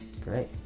Great